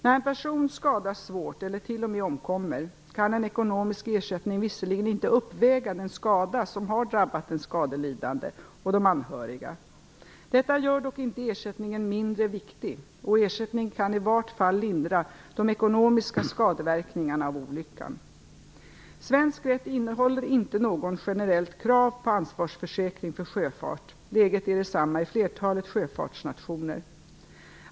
När en person skadas svårt eller t.o.m. omkommer kan en ekonomisk ersättning visserligen inte uppväga den skada som har drabbat den skadelidande och de anhöriga. Detta gör dock inte ersättningen mindre viktig, och ersättningen kan i vart fall lindra de ekonomiska skadeverkningarna av olyckan. Svensk rätt innehåller inte något generellt krav på ansvarsförsäkring vid sjöfart. Läget är detsamma i flertalet sjöfartsnationer.